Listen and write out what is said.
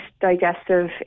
digestive